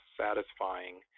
satisfying